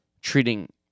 treating